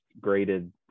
graded